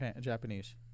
Japanese